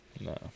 No